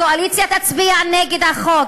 הקואליציה תצביע נגד החוק.